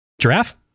giraffe